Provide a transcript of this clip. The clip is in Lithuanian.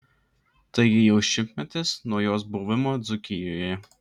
taigi jau šimtmetis nuo jos buvimo dzūkijoje